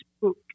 book